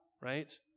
right